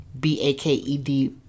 B-A-K-E-D-